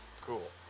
Cool